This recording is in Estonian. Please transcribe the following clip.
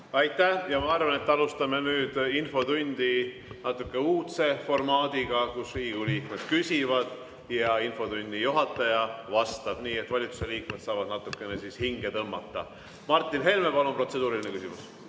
Aitäh! Ma arvan, et alustame infotundi natuke uudse formaadiga, kus Riigikogu liikmed küsivad ja infotunni juhataja vastab, nii et valitsuse liikmed saavad natuke hinge tõmmata. Martin Helme, palun, protseduuriline küsimus!